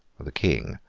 of the king.